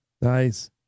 Nice